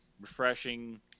refreshing